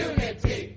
Unity